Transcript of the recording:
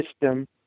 system